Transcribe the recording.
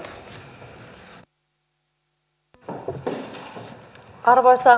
arvoisa puhemies